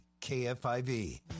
KFIV